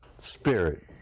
spirit